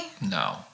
No